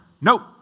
nope